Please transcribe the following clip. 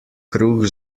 kruh